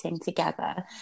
together